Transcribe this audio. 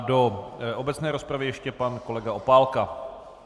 Do obecné rozpravy ještě pan kolega Opálka.